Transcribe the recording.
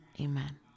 amen